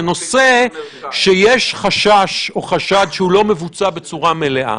זה נושא שיש חשש או חשד שהוא לא מבוצע בצורה מלאה.